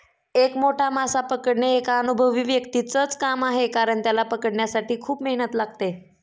एक मोठा मासा पकडणे एका अनुभवी व्यक्तीच च काम आहे कारण, त्याला पकडण्यासाठी खूप मेहनत लागते